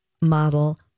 model